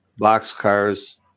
boxcars